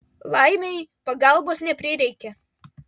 laimei pagalbos neprireikė